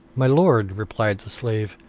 my lord, replied the slave,